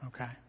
Okay